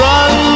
Run